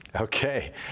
okay